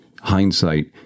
hindsight